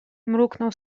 mruknął